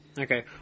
Okay